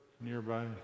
nearby